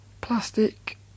plastic